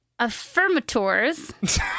affirmators